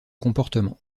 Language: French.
comportement